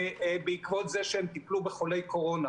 זה בעקבות כך שהם טיפלו בחולי קורונה.